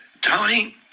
Tony